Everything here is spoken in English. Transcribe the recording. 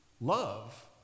love